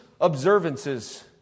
observances